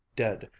dead,